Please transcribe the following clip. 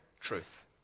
truth